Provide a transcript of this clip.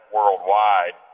worldwide